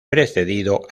precedido